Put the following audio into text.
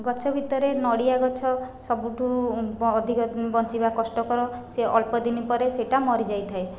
ଗଛ ଭିତରେ ନଡ଼ିଆ ଗଛ ସବୁଠୁ ଅଧିକ ବଞ୍ଚିବା କଷ୍ଟକର ସେ ଅଳ୍ପ ଦିନ ପରେ ସେଟା ମରିଯାଇଥାଏ